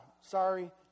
Sorry